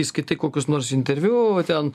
išskirti kokius nors interviu ten